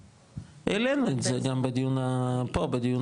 העלינו את זה גם בדיון הקודם.